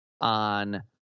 on